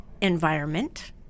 environment